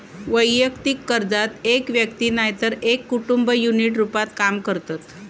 वैयक्तिक कर्जात एक व्यक्ती नायतर एक कुटुंब युनिट रूपात काम करतत